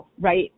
right